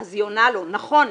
ואז היא עונה לו: נכון,